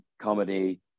comedy